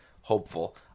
hopeful